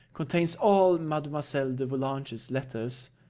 contains all mademoiselle de volanges' letters.